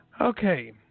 Okay